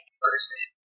person